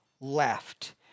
left